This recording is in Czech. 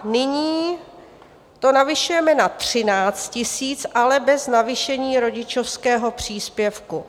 Nyní to navyšujeme na 13 000, ale bez navýšení rodičovského příspěvku.